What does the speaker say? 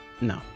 no